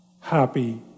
happy